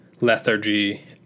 lethargy